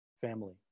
family